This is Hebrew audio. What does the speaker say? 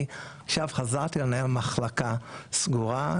אני עכשיו חזרתי לנהל מחלקה סגורה,